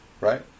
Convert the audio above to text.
Right